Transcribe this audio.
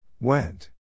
Went